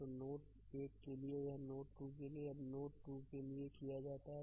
तो नोड 1 के लिए यह नोड 2 के लिए अब नोड 2 के लिए किया जाता है